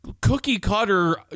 cookie-cutter